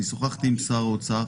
אני שוחחתי עם שר האוצר.